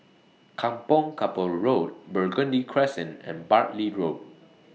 Kampong Kapor Road Burgundy Crescent and Bartley Road